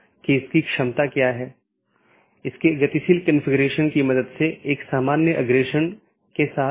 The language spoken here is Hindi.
त्रुटि स्थितियों की सूचना एक BGP डिवाइस त्रुटि का निरीक्षण कर सकती है जो एक सहकर्मी से कनेक्शन को प्रभावित करने वाली त्रुटि स्थिति का निरीक्षण करती है